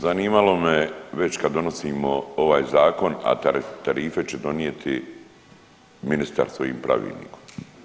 Zanimalo me već kad donosimo ovaj zakon, a tarife će donijeti ministar svojim pravilnikom.